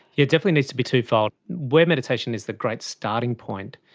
it definitely needs to be twofold. where meditation is the great starting point,